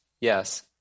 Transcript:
yes